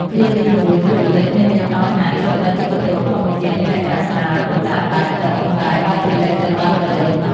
ឃ្លាទីមួយ "ឃ្លោកលិច" មានន័យត្រង់ថា ឃ្លោកដែលជាវត្ថុធម្មជាតិមានលក្ខណៈស្រាល គួរតែអណ្ដែតទឹក ប៉ុន្តែបែរជាលិចទៅបាតទៅវិញ។